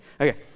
Okay